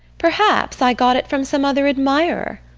perhaps i got it from some other admirer.